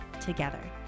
together